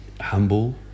humble